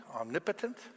omnipotent